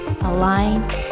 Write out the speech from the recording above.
align